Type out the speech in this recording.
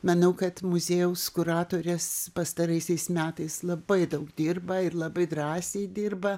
manau kad muziejaus kuratorės pastaraisiais metais labai daug dirba ir labai drąsiai dirba